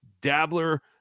dabbler